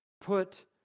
put